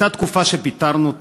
הייתה תקופה שפיטרנו אותו,